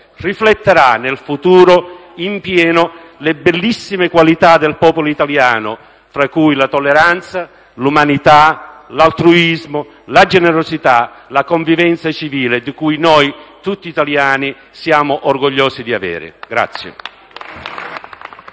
rifletterà nel futuro in pieno le bellissime qualità del popolo italiano, fra cui la tolleranza, l'umanità, l'altruismo, la generosità e la convivenza civile, che tutti noi italiani siamo orgogliosi di avere.